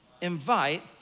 invite